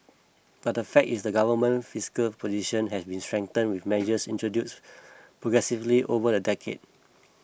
but the fact is the Government's fiscal position has been strengthened with measures introduced progressively over the decade